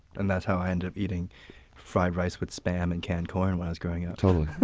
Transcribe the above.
and that's how i ended up eating fried rice with spam and canned corn when i was growing up.